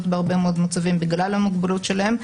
בהרבה מאוד מצבים בגלל המוגבלות שלהם.